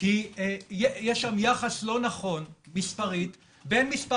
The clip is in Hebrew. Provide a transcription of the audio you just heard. כי יש שם יחס לא נכון מספרית בין מספר